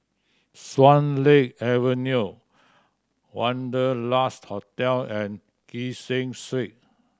Swan Lake Avenue Wanderlust Hotel and Kee Seng Street